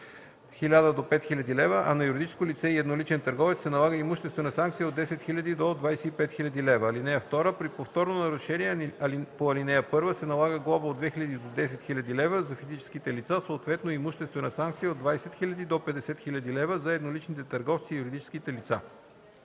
а на юридическо лице и едноличен търговец се налага имуществена санкция от 10 000 до 25 000 лв. (2) При повторно нарушение по ал. 1 се налага глоба от 2000 до 10 000 лв. – за физическите лица, съответно имуществена санкция от 20 000 до 50 000 лв. – за едноличните търговци и юридическите лица.”